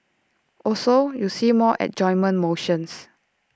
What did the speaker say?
also you see more adjournment motions